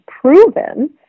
proven